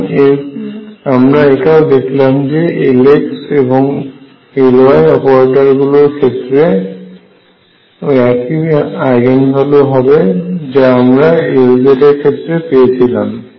এবং আমরা এটাও দেখলাম যে Lx এবং Ly অপারেটরগুলোর ক্ষেত্রে ও একই আইগেন ভ্যালু হবে যা আমরা Lzএর ক্ষেত্রে পেয়েছিলাম